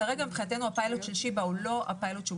כרגע מבחינתנו הפיילוט של שיבא הוא